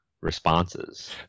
responses